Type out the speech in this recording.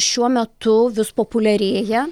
šiuo metu vis populiarėja